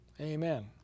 Amen